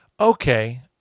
okay